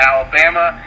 Alabama